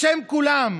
בשם כולם.